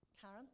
Karen